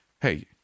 hey